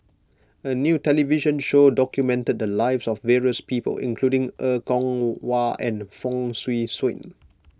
a new television show documented the lives of various people including Er Kwong Wah and Fong Swee Suan